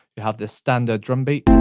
you have this standard drum beat and